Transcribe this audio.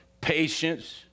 patience